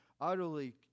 utterly